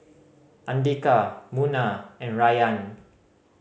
Andika Munah and Rayyan